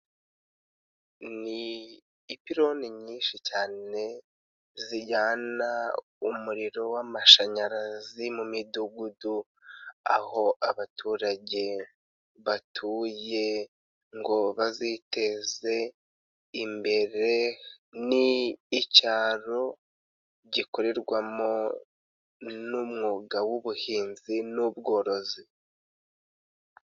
Ni ipironi nyinshi cyane zijyana umuriro w'amashanyarazi mu midugudu, aho abaturage batuye ngo baziteze imbere. Ni icyaro gikorerwamo n'umwuga w'ubuhinzi n'ubworozi.